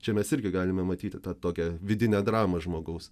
čia mes irgi galime matyti tą tokią vidinę dramą žmogaus